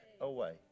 away